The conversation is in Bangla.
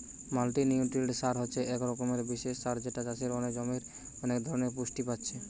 মাল্টিনিউট্রিয়েন্ট সার হচ্ছে এক রকমের বিশেষ সার যেটাতে চাষের জমির অনেক ধরণের পুষ্টি পাচ্ছে